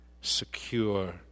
secure